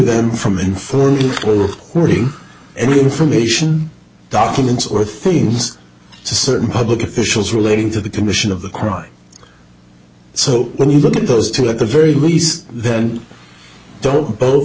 them from informing will ring any information documents or things to certain public officials relating to the commission of the crime so when you look at those two at the very least then don't bot